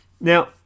Now